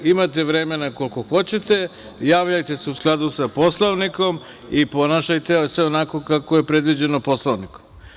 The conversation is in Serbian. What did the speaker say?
Imate vremena koliko hoćete, javljajte se u skladu sa Poslovnikom i ponašajte se onako kako je predviđeno Poslovnikom.